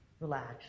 Relax